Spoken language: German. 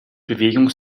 bewegung